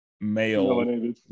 male